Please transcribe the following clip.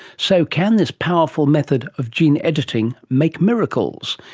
so can this powerful method of gene editing make miracles?